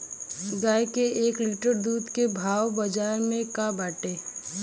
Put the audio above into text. गाय के एक लीटर दूध के भाव बाजार में का बाटे?